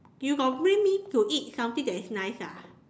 you got bring me to eat something that is nice ah